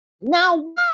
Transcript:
now